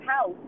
house